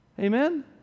Amen